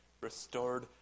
restored